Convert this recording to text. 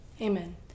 Amen